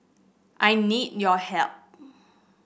I need your help